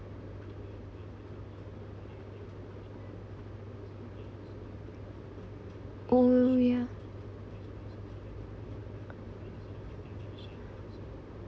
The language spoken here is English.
oo ya